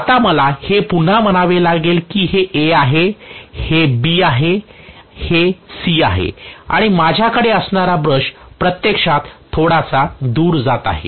आता मला हे पुन्हा म्हणावे लागेल की हे A आहे B हे C आहे आणि माझ्याकडे असणारा ब्रश प्रत्यक्षात थोडासा दूर जात आहे